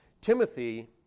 Timothy